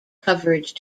coverage